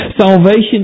Salvation